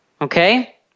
Okay